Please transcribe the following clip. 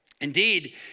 Indeed